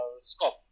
scope